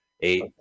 Eight